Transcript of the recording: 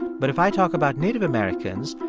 but if i talk about native americans,